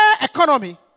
economy